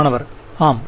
மாணவர் ஆம்